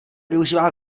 využívá